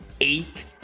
eight